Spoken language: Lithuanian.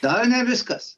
dar ne viskas